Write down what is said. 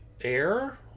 air